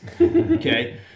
okay